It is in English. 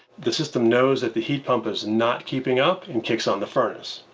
the system knows that the heat pump is not keeping up and kicks on the furnace.